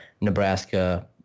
Nebraska